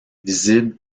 visible